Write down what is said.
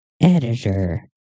editor